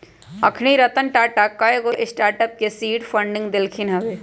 अखनी रतन टाटा कयगो स्टार्टअप के सीड फंडिंग देलखिन्ह हबे